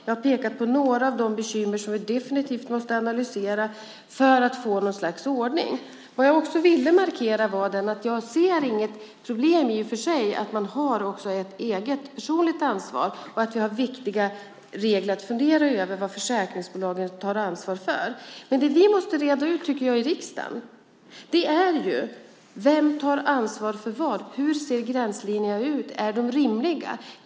Jag har pekat på några av de bekymmer som vi definitivt måste analysera för att få något slags ordning. Jag ville också markera att jag i och för sig inte ser något problem med att man även har ett eget personligt ansvar. Vi har viktiga regler att fundera över när det gäller vad försäkringsbolagen tar ansvar för. I riksdagen måste vi reda ut vem som tar ansvar för vad. Hur ser gränslinjerna ut? Är de rimliga?